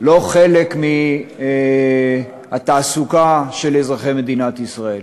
אינם חלק מהתעסוקה של אזרחי מדינת ישראל.